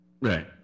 Right